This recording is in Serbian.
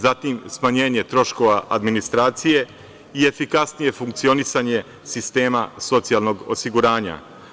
Zatim, smanjenje troškova administracije i efikasnije funkcionisanje sistema socijalnog osiguranja.